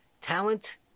talent